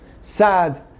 sad